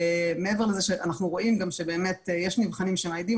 מעבר לזה שאנחנו רואים שיש נבחנים שמעידים